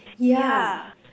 yeah